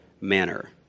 manner